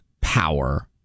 power